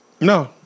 No